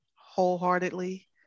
wholeheartedly